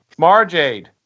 Marjade